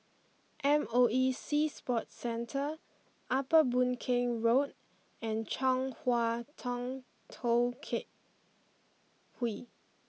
M O E Sea Sports Centre Upper Boon Keng Road and Chong Hua Tong Tou cat Hwee